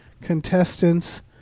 Contestants